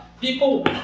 people